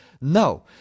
no